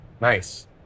Nice